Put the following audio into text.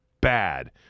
bad